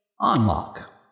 unlock